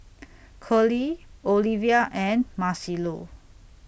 Curley Olevia and Marcelo